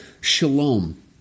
shalom